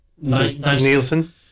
Nielsen